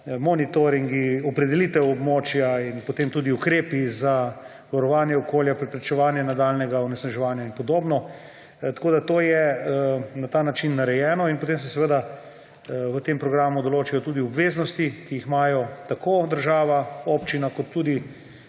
monitoringi, opredelitev območja in potem tudi ukrepi za varovanje okolja, preprečevanje nadaljnjega onesnaževanja in podobno. Tako je to na ta način narejeno. Potem se v tem programu določijo tudi obveznosti, ki jih imajo tako država, občina kot tudi